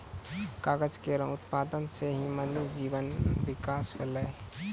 कागज केरो उत्पादन सें ही मनुष्य जीवन म बिकास होलै